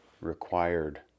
required